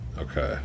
okay